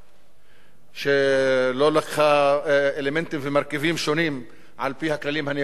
שלא לקחה אלמנטים ומרכיבים שונים על-פי הכללים הנהוגים ב-OECD,